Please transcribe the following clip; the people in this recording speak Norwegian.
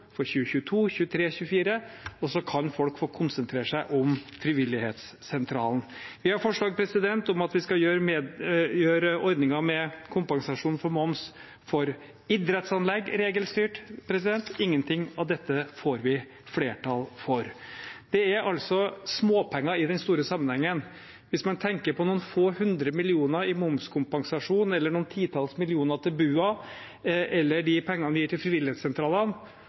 for 2022, 2023, 2024, og så kan folk få konsentrere seg om frivillighetssentralen? Vi har forslag om at vi skal gjøre ordningen med kompensasjon for moms for idrettsanlegg regelstyrt. Ingenting av dette får vi flertall for. Det er småpenger i den store sammenhengen. Hvis man tenker på noen få hundre millioner i momskompensasjon eller noen titalls millioner til BUA eller de pengene vi gir til frivillighetssentralene,